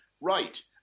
right